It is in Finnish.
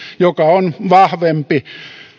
joka on vahvempi